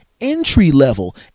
entry-level